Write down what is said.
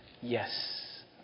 yes